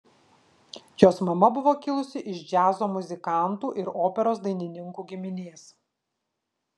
jos mama buvo kilusi iš džiazo muzikantų ir operos dainininkų giminės